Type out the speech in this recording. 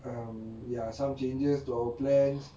um ya some changes to our plans